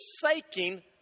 forsaking